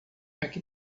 aqui